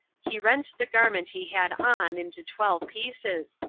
he rent the garment he had on into twelve pieces,